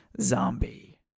zombie